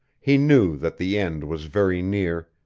he knew that the end was very near,